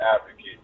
advocate